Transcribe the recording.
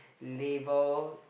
labour